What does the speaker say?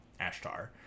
Ashtar